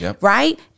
right